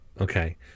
Okay